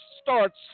starts